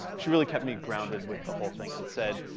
she really kept me grounded with the whole thing and said,